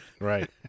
Right